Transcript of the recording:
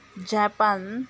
Japan